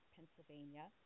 Pennsylvania